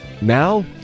Now